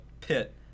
pit